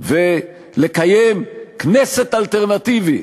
ולקיים כנסת אלטרנטיבית.